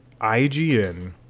ign